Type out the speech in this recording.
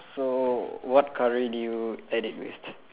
so what curry did you ate it with